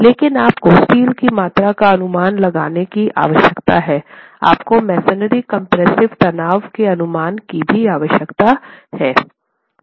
लेकिन आपको स्टील की मात्रा का अनुमान लगाने की आवश्यकता है आपको मसोनरी कम्प्रेस्सिव तनाव के अनुमान की भी आवश्यकता है